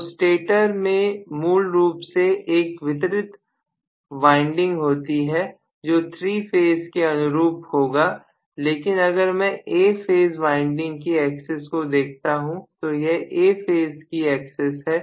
तो स्टेटर में मूल रूप से एक वितरित वाइंडिंग होती है जो 3 फेज के अनुरूप होगा लेकिन अगर मैं A फेज वाइंडिंग की एक्सेस को देखता हूं तो यह A फेज की एक्सेस है